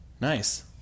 Nice